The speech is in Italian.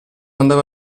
andava